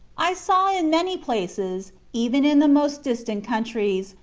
i saw in many places, even in the most distant countries,